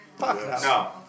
No